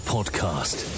Podcast